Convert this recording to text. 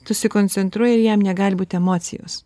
susikoncentruoji ir jam negali būt emocijos